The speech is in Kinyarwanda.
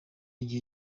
igihe